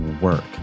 work